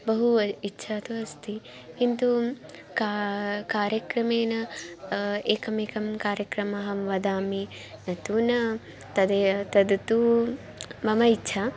बहु इच्छा तु अस्ति किन्तु का कार्यक्रमेण एकमेकं कार्यक्रमहं वदामि न तु न तदे तदतु मम इच्छा